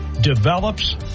develops